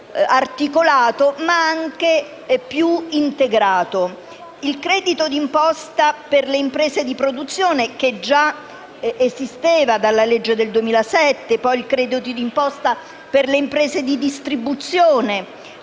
il credito d’imposta per le imprese di produzione, che già esisteva dalla legge del 2007, poi il credito d’imposta per le imprese di distribuzione,